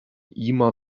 immer